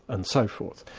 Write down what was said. and so forth.